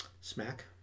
smack